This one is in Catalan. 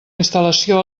instal·lació